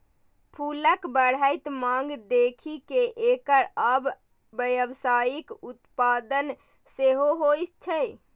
फूलक बढ़ैत मांग देखि कें एकर आब व्यावसायिक उत्पादन सेहो होइ छै